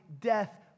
death